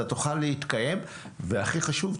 אתה תוכל להתקיים והכי חשוב,